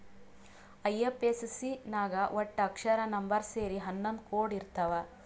IFSC ನಾಗ್ ವಟ್ಟ ಅಕ್ಷರ, ನಂಬರ್ ಸೇರಿ ಹನ್ನೊಂದ್ ಕೋಡ್ ಇರ್ತಾವ್